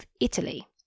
Italy